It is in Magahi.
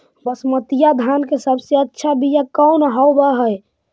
बसमतिया धान के सबसे अच्छा बीया कौन हौब हैं?